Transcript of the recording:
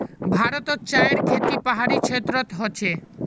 भारतोत चायर खेती पहाड़ी क्षेत्रोत होचे